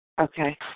Okay